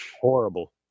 Horrible